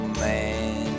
man